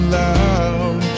loud